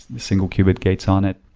the single qubit gates on it.